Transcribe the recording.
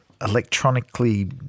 electronically